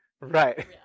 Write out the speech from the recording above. Right